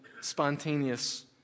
spontaneous